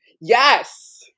Yes